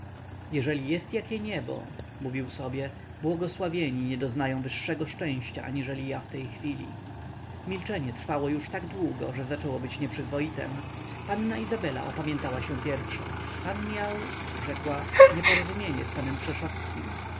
jeżeli jest jakie niebo mówił sobie błogosławieni nie doznają wyższego szczęścia aniżeli ja w tej chwili milczenie trwało już tak długo że zaczęło być nieprzyzwoitem panna izabela opamiętała się pierwsza pan miał rzekła nieporozumienie z panem krzeszowskim o